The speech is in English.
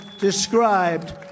described